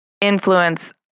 influence